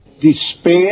Despair